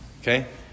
Okay